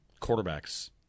quarterbacks